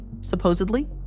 supposedly